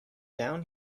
down